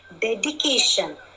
dedication